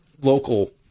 local